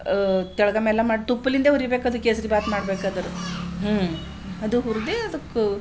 ಕೆಳ್ಗೆ ಮೇಲೆ ಮಾಡಿ ತುಪ್ದಿಂದ ಹುರೀಬೇಕದು ಕೇಸರೀಬಾತು ಮಾಡ್ಬೇಕಾದರೆ ಹ್ಞೂ ಅದು ಹುರ್ದು ಅದಕ್ಕೆ